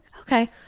Okay